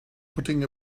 putting